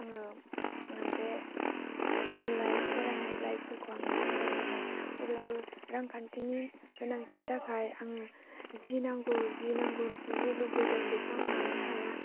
आङो आं बे स्कुल लाइफ फरायनाय लाइफफोरखौ आङो फरायलांबाय अब्लाबो रांखान्थिनि गोनांथिनि थाखाय आङो जि नांगौ जि नांगौ जि लुबैदों बेखौ आं मोननो हाया